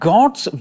God's